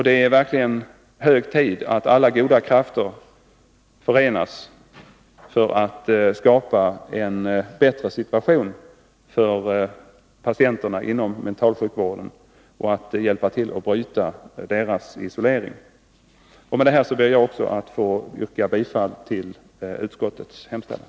Det är verkligen hög tid att alla goda krafter förenas för att skapa en bättre situation för patienterna inom mentalsjukvården och för att hjälpa till att bryta deras isolering. Med detta ber jag också att få yrka bifall till utskottets hemställan.